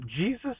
Jesus